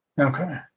Okay